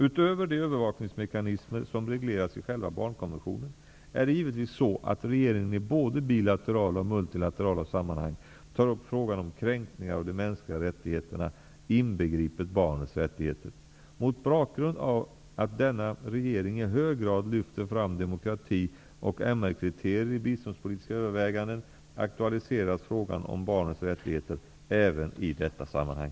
Utöver de övervakningsmekanismer som regleras i själva barnkonventionen är det givetvis så att regeringen i både bilaterala och multilaterala sammanhang tar upp frågan om kränkningar av de mänskliga rättigheterna, inbegripet barnets rättigheter. Mot bakgrund av att denna regering i hög grad lyfter fram demokrati och MR-kriterier i biståndspolitiska överväganden aktualiseras frågan om barnets rättigheter även i detta sammanhang.